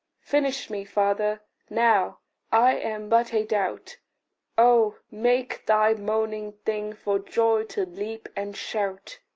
finish me, father now i am but a doubt oh! make thy moaning thing for joy to leap and shout.